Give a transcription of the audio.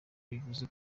bivuze